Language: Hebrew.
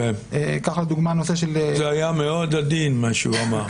זה היה מאוד עדין מה שהוא אמר.